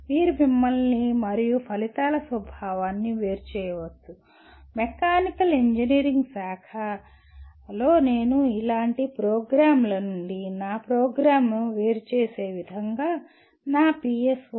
మీరు మిమ్మల్ని మరియు ఫలితాల స్వభావాన్ని వేరు చేయవచ్చు మెకానికల్ ఇంజనీరింగ్ యొక్క శాఖ లో నేను ఇలాంటి ప్రోగ్రామ్ల నుండి నా ప్రోగ్రామ్ను వేరుచేసే విధంగా నా పిఎస్ఓPSOs